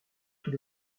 tous